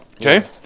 okay